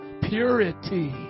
Purity